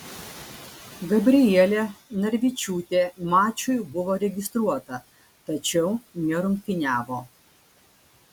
gabrielė narvičiūtė mačui buvo registruota tačiau nerungtyniavo